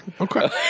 okay